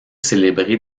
célébré